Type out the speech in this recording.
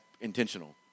intentional